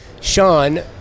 Sean